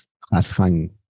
classifying